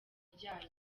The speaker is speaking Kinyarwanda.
ryayo